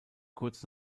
kurz